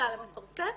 אלא המפרסם.